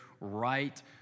right